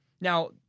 Now